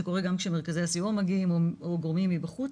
זה קורה גם כשמרכזי הסיוע מגיעים או גורמים מבחוץ.